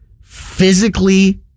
physically